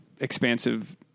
expansive